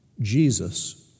Jesus